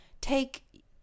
take